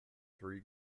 three